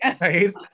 Right